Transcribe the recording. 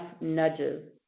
nudges